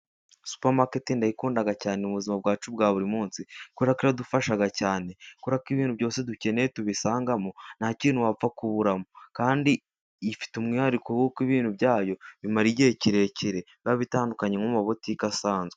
Supamaketi ndayikunda cyane mu buzima bwacu bwa buri munsi. Iradufasha cyane kubera ko ibintu byose dukeneye tubisanga mo, nta kintu wapfa kuburamo. Kandi ifite umwihariko w'uko ibintu byayo bimara igihe kirekire bitandukanye nko muma butike asanzwe.